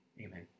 Amen